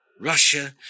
Russia